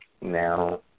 now